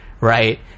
right